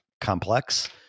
complex